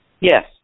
Yes